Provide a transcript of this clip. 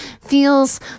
feels